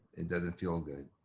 it doesn't feel good.